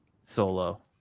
solo